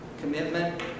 commitment